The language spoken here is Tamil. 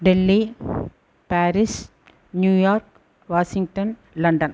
Delhi Paris New York Washington London